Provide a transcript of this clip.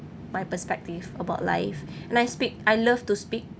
my perspective about life and I speak I love to speak